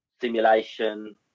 simulation